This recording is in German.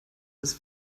ist